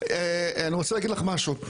פה, אני רוצה להגיד לך משהו.